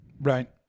right